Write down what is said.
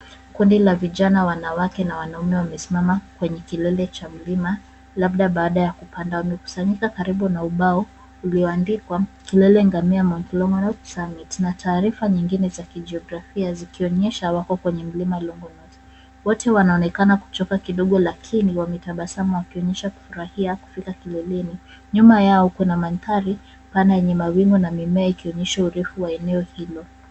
Kundi la vijana wanawake na wanaume wamesimama kwenye kilele cha mlima labda baada ya kupanda. Wamekusanyika karibu na ubao ulioandikwa Kilele Ngania Mt. Longonot Summit na taarifa nyingine za kijiografia zikionyesha wako kwenye mlima Longonot. Wote wanaonekana kuchoka kidogo lakini wametabasamu wakionyesha kufurahia kufika kileleni. Nyuma yao kuna mandhari pana yenye mawingu na mimea ikionyesha urefu wa eneo hilo.